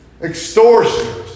extortioners